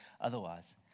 otherwise